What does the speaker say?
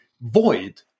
void